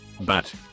bat